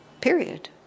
Period